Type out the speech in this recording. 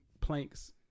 Planks